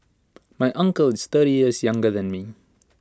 my uncle is thirty years younger than me